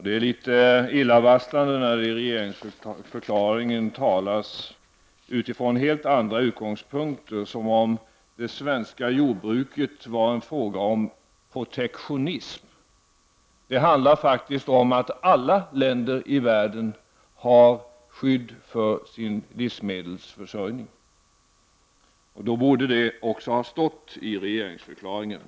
Det är litet illavarslande när det i rege ringsförklaringen talas utifrån helt andra utgångspunkter som om frågan om det svenska jordbruket var en fråga om protektionism. Det handlar faktiskt om att alla länder i världen har skydd för sin livsmedelsförsörjning. Det borde då ha stått i regeringsförklaringen.